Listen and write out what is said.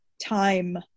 time